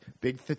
big